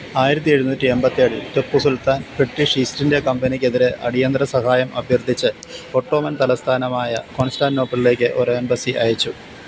ആയിരത്തി എഴുന്നൂറ്റി അൻപത്തിയേഴിൽ Tipu Sultan British East India കമ്പനിക്കെതിരെ അടിയന്തര സഹായം അഭ്യർത്ഥിച്ച് ഒട്ടോമൻ തലസ്ഥാനമായ കോൺസ്റ്റാന്റ്നോപ്പിളിലേക്ക് ഒരു എംബസി അയച്ചു